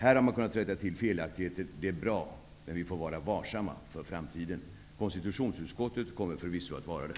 Här har man kunnat rätta till felaktigheter. Det är bra, men vi måste vara varsamma i framtiden. Konstitutionsutskottet kommer förvisso att vara det.